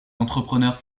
entrepreneurs